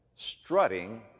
strutting